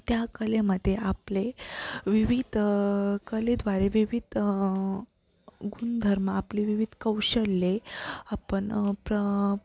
त्या कलेमध्ये आपले विविध कलेद्वारे विविध गुणधर्म आपले विविध कौशल्ये आपण प्र